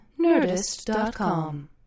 Nerdist.com